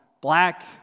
Black